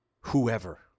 Whoever